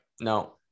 No